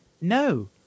No